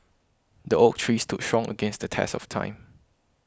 the oak tree stood strong against the test of time